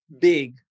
big